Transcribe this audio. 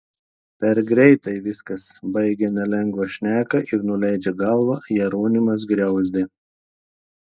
per greitai viskas baigia nelengvą šneką ir nuleidžia galvą jeronimas griauzdė